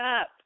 up